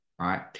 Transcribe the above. right